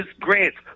grants